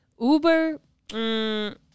Uber